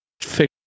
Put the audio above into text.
fix